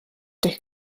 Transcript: durch